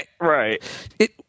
Right